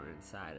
inside